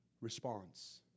response